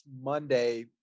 Monday